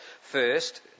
first